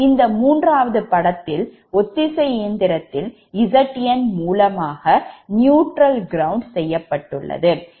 இந்த மூன்றாவது படத்தில் ஒத்திசை இயந்திரத்தில் Zn மூலமாக நியூட்ரல் கிரவுண்ட் செய்யப்பட்டுள்ளது